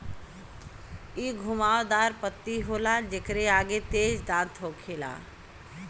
इ घुमाव दार पत्ती होला जेकरे आगे तेज दांत होखेला